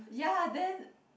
ya then